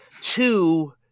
Two